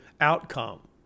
outcome